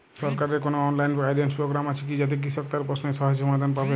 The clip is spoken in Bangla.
সরকারের কোনো অনলাইন গাইডেন্স প্রোগ্রাম আছে কি যাতে কৃষক তার প্রশ্নের সহজ সমাধান পাবে?